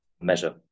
measure